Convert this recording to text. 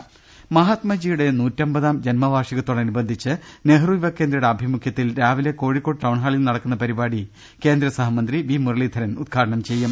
രുട്ടിട്ട്ടിട മഹാത്മജിയുടെ നൂറ്റമ്പതാം ജന്മവാർഷികത്തോടനുബന്ധിച്ച് നെഹ്റു യുവകേന്ദ്രയുടെ ആഭിമുഖ്യത്തിൽ ഇന്ന് രാവിലെ കോഴിക്കോട് ടൌൺഹാ ളിൽ നടക്കുന്ന പരിപാടി കേന്ദ്ര സഹമന്ത്രി വി മുരളീധരൻ ഉദ്ഘാടനം ചെയ്യും